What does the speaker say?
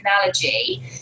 analogy